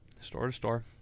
store-to-store